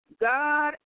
God